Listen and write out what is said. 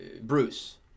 Bruce